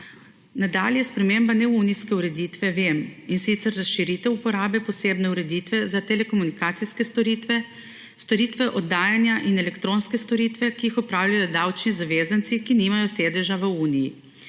nadalje sprememba neunijske ureditve Vem, in sicer razširitev uporabe posebne ureditve za telekomunikacijske storitve, storitve oddajanja in elektronske storitve, ki jih opravljajo davčni zavezanci, ki nimajo sedeža v Uniji;